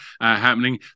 happening